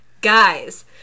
guys